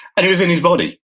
and he was in his body.